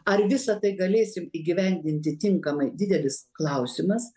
ar visa tai galėsim įgyvendinti tinkamai didelis klausimas